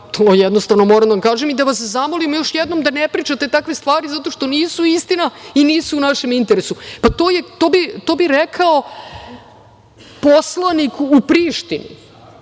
To jednostavno moram da vam kažem i da vas zamolim još jednom da ne pričate takve stvari zato što nisu istina i nisu u našem interesu. To bi rekao poslanik u Prištini,